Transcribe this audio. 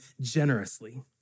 generously